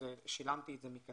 אז שילמתי את זה מכספי.